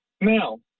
Now